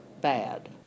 bad